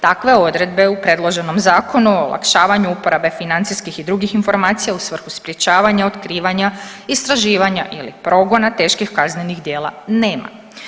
Takve odredbe u predloženom Zakonu o olakšavanju uporabe financijskih i drugih informacija u svrhu sprječavanja otkrivanja, istraživanja ili progona teških kaznenih djela nema.